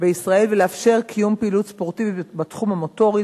בישראל ולאפשר קיום פעילות ספורטיבית בתחום המוטורי,